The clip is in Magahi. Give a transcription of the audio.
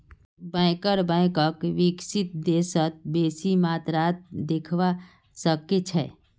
बैंकर बैंकक विकसित देशत बेसी मात्रात देखवा सके छै